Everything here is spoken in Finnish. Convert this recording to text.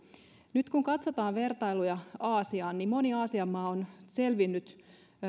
nyt kun katsotaan vertailuja aasiaan niin moni aasian maa on selvinnyt